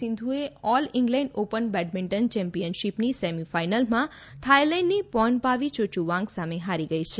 સિંધુએ all England open badminton ચેમ્પિયનશીપની સેમીફાઇનલમાં થાઇલેન્ડની પોનપાવી ચોયુવાંગ સામે હારી ગઇ છે